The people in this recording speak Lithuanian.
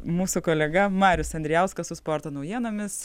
mūsų kolega marius andrijauskas su sporto naujienomis